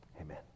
amen